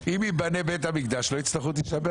אם ייבנה בית המקדש לא יצטרכו את תשעה באב.